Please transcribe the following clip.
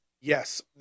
Yes